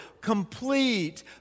complete